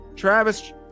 Travis